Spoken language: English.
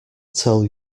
tell